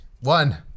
One